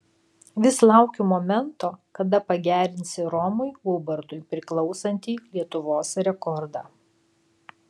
vis laukiu momento kada pagerinsi romui ubartui priklausantį lietuvos rekordą